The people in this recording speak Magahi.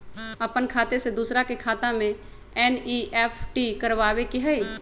अपन खाते से दूसरा के खाता में एन.ई.एफ.टी करवावे के हई?